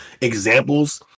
examples